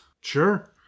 Sure